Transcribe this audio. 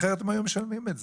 אחרת הם היו משלמים את זה.